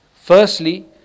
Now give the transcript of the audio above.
Firstly